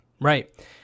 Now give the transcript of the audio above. Right